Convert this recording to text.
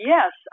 Yes